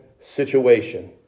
situation